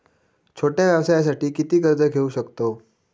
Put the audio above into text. छोट्या व्यवसायासाठी किती कर्ज घेऊ शकतव?